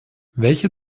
welche